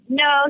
no